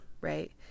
right